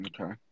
Okay